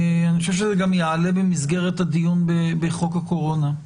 אני חושב שזה גם יעלה במסגרת הדיון בחוק הקורונה.